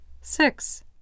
Six